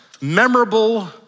memorable